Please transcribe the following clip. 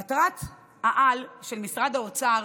מטרת-העל של משרד האוצר